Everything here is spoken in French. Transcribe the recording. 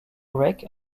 ulrich